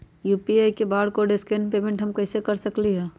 UPI barcode scan payment हम कईसे कर सकली ह?